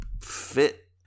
fit